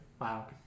wow